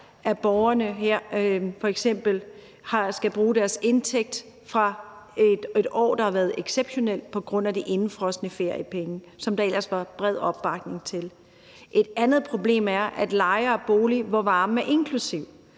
at borgerne f.eks. skal bruge deres indtægt fra et år, der har været exceptionelt på grund af de indefrosne feriepenge, som der ellers var bred opbakning til. Et andet problem er, at lejere af boliger, hvor varmen er inklusive